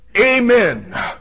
Amen